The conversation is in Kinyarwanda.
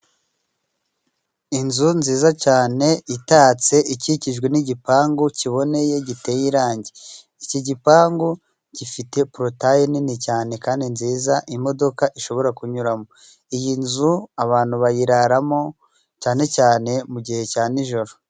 Inzu nziza cane itatse, ikikijwe n'igipangu kiboneye giteye irangi. Iki gipangu gifite porotaye nini cyane kandi nziza imodoka ishobora kunyuramo. Iyi nzu abantu bayiraramo cyane cyane mu gihe cya nijoro.